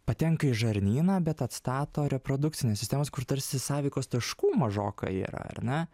patenka į žarnyną bet atstato reprodukcinės sistemos kur tarsi sąveikos taškų mažoka yra ar ne